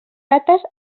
rates